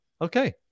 Okay